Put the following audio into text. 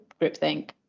groupthink